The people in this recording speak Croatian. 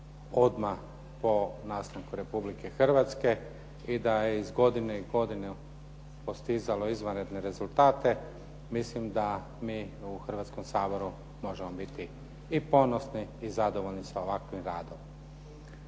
odmah po nastanku Republike Hrvatske i da je iz godine u godinu postizalo izvanredne rezultate mislim da mi u Hrvatskom saboru možemo biti i ponosni i zadovoljni sa ovakvim radom.